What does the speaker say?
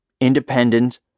independent